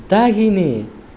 दाहिने